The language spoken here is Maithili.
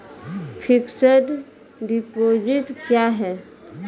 फिक्स्ड डिपोजिट क्या हैं?